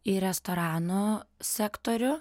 ir restorano sektorių